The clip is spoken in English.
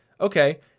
Okay